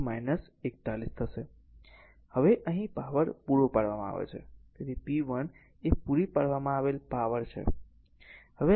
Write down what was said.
હશે તેથી હવે અહીં પાવર પૂરો પાડવામાં આવ્યો છે તેથી p 1 એ પૂરી પાડવામાં આવેલ પાવર છે